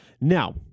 Now